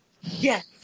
Yes